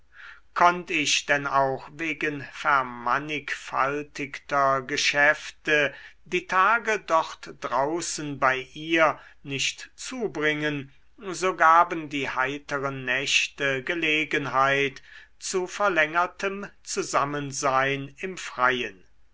konnt ich denn auch wegen vermannigfaltigter geschäfte die tage dort draußen bei ihr nicht zubringen so gaben die heiteren nächte gelegenheit zu verlängertem zusammensein im freien